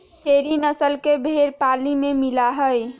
खेरी नस्ल के भेंड़ पाली में मिला हई